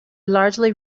largely